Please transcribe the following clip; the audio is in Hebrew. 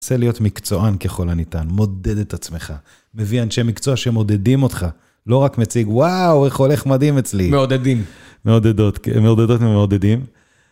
תנסה להיות מקצוען ככל הניתן, מודד את עצמך. מביא אנשי מקצוע שמודדים אותך. לא רק מציג, וואו, איך הולך מדהים אצלי. מעודדים. מעודדות, כן, מעודדות ומעודדים.